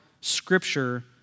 scripture